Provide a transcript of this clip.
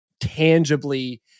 tangibly